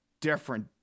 different